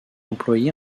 employé